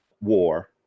war